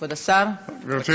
כבוד השר, בבקשה.